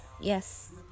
yes